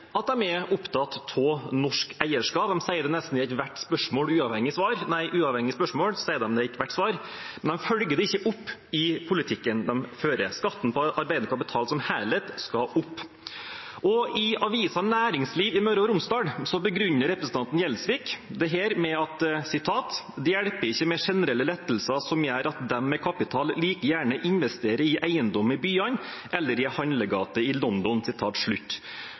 at de er opptatt av norsk eierskap – nesten uavhengig av spørsmål sier de det i ethvert svar. Men de følger det ikke opp i politikken de fører. Skatten på arbeidende kapital som helhet skal opp. I avisa Næringsliv i Møre og Romsdal begrunner representanten Gjelsvik dette slik: «Det hjelper ikke med generelle lettelser som gjør at de med kapital like gjerne investerer i eiendom i byene eller i en handlegate i London.»